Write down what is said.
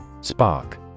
Spark